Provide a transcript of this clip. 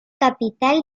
capital